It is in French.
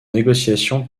négociation